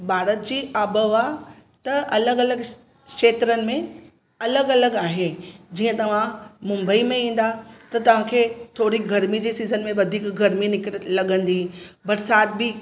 भारत जी आबहवा त अलॻि अलॻि श क्षेत्रनि में अलॻि अलॻि आहे जीअं तव्हां मुंबई में ईंदा त तव्हां खे थोरी गर्मी जी सीज़न में वधीक गर्मी निकिर लॻंदी बरसाति बि